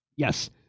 Yes